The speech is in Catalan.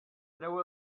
treu